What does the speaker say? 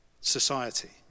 society